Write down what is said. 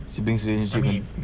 siblings' relationship